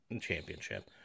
championship